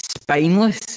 spineless